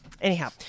Anyhow